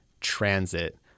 transit